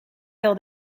wel